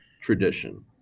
tradition